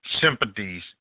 sympathies